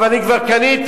אבל אני כבר קניתי,